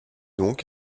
donc